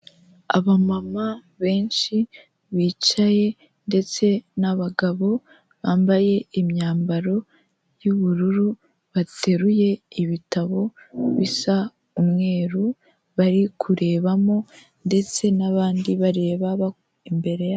Abamama benshi bicaye ndetse n'abagabo bambaye imyambaro y'ubururu, bateruye ibitabo bisa umweru. Bari kurebamo ndetse n'abandi bareba imbere yabo.